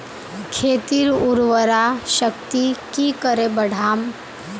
खेतीर उर्वरा शक्ति की करे बढ़ाम?